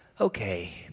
Okay